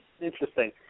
Interesting